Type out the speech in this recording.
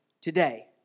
today